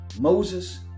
Moses